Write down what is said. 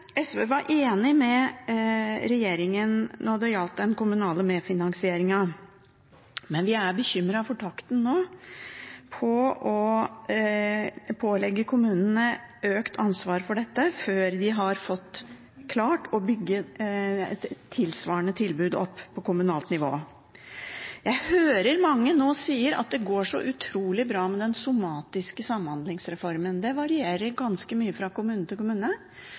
SV var enig med regjeringen når det gjaldt den kommunale medfinansieringen, men vi er bekymret for takten nå med å pålegge kommunene økt ansvar for dette før vi har klart å bygge opp et tilsvarende tilbud på kommunalt nivå. Jeg hører mange nå sier at det går så utrolig bra med den somatiske samhandlingsreformen. Det varierer ganske mye fra kommune til kommune